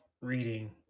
reading